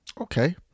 Okay